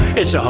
it's a